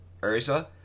Urza